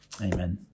amen